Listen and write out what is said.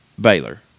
Baylor